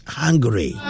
hungry